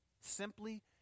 Simply